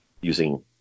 using